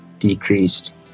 decreased